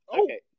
Okay